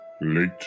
Late